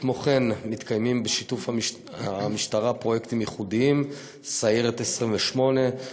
כמו כן מתקיימים בשיתוף המשטרה פרויקטים ייחודיים: סיירת 28,